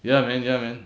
ya man ya man